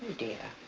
dear